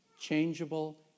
changeable